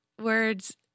Words